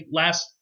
last